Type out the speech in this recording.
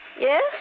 Yes